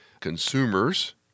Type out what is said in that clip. consumers